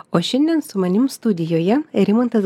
o šiandien su manim studijoje rimantas